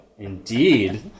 Indeed